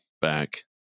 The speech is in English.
back